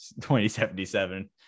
2077